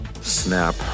snap